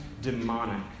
demonic